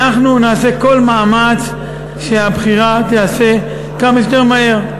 אנחנו נעשה כל מאמץ שהבחירה תיעשה כמה שיותר מהר.